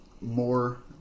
more